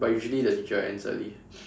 but usually the teacher ends early